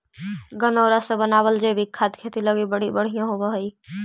गनऔरा से बनाबल जैविक खाद खेती लागी बड़ी बढ़ियाँ होब हई